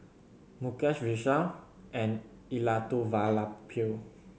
Mukesh Vishal and Elattuvalapil